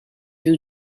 you